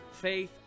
faith